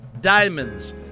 diamonds